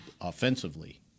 offensively